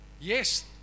Yes